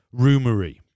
rumoury